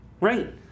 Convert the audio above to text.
Right